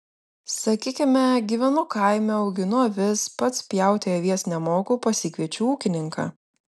sakykime gyvenu kaime auginu avis pats pjauti avies nemoku pasikviečiu ūkininką